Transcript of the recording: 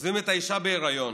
עוזבים את האישה בהיריון,